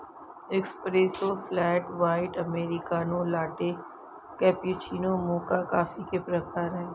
espresso, flat white, americano, latte, cappuccino, mocha coffee के प्रकार हैं